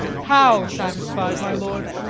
how satisfied, my lord?